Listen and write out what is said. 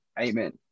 amen